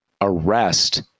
arrest